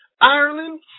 Ireland